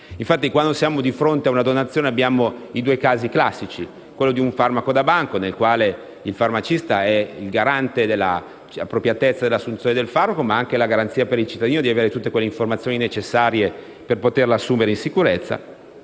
Infatti, quando abbiamo di fronte una donazione abbiamo i due casi classici. Quello di un farmaco da banco, del quale farmacista è il garante della appropriatezza dell'assunzione del farmaco, ma anche la garanzia per il cittadino di avere tutte le informazioni necessarie per assumerli in sicurezza.